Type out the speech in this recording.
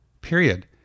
Period